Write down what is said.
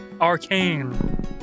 arcane